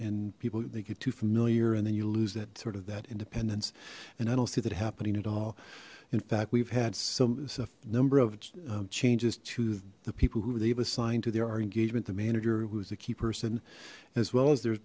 and people they get too familiar and then you lose that sort of that independence and i don't see that happening at all in fact we've had some number of changes to the people who they've assigned to their engagement the manager who's the key person as well as the